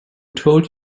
told